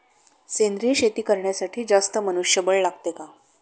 सेंद्रिय शेती करण्यासाठी जास्त मनुष्यबळ लागते का?